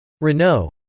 Renault